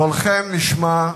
קולכם נשמע,